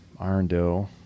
Irondale